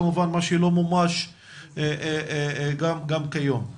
כמובן מה שלא מומש גם כיום.